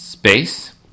Space